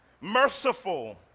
merciful